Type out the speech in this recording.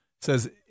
says